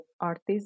artists